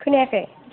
खोनायाखै